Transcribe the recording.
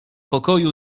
pokoju